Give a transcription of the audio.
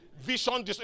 vision